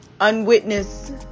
unwitnessed